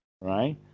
Right